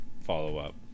follow-up